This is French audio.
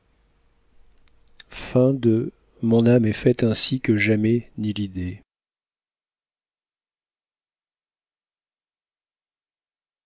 mon âme est faite ainsi que jamais ni l'idée